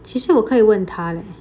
其实我可以问他了